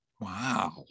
Wow